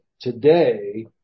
Today